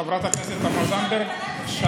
חברת הכנסת תמר זנדברג, אי-אפשר להתעלם מזה.